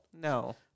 No